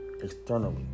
externally